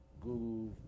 Google